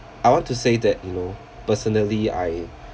I want to say that you know personally I